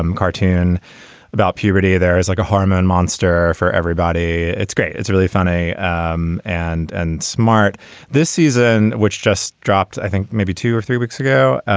um cartoon about puberty. there is like a hormone monster for everybody. it's great. it's really funny um and and smart this season which just dropped. i think maybe two or three weeks ago